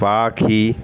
পাখি